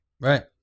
Right